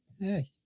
Hey